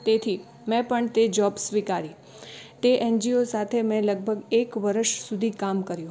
તેથી મેં પણ તે જોબ સ્વીકારી તે એન જી ઓ સાથે મેં લગભગ એક વર્ષ સુધી કામ કર્યું